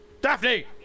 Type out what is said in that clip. Daphne